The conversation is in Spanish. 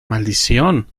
maldición